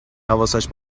حواسش